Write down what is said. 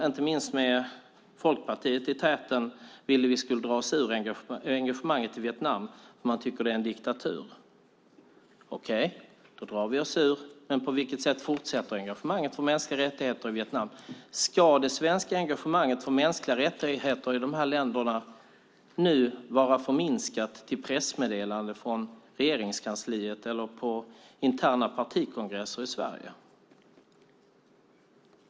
Inte minst Folkpartiet ville att vi skulle dra oss ur engagemanget i Vietnam, som man tycker är en diktatur. Okej, då drar vi oss ur. Men på vilket sätt fortsätter engagemanget för mänskliga rättigheter i Vietnam? Ska det svenska engagemanget för mänskliga rättigheter i dessa länder nu vara förminskat till pressmeddelanden från Regeringskansliet eller interna partikongresser i Sverige?